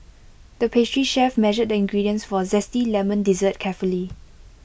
the pastry chef measured the ingredients for A Zesty Lemon Dessert carefully